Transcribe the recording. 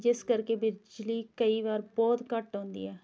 ਜਿਸ ਕਰਕੇ ਬਿਜਲੀ ਕਈ ਵਾਰ ਬਹੁਤ ਘੱਟ ਆਉਂਦੀ ਹੈ